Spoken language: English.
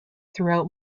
throughout